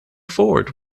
ford